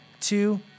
two